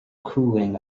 cooling